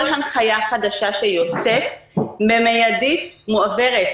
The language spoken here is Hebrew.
כל הנחייה חדשה שיוצאת, במיידית מועברת